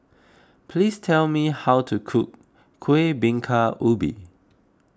please tell me how to cook Kuih Bingka Ubi